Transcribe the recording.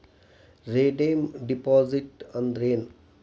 Redeem deposit ಅಂದ್ರೇನ್?